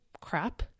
crap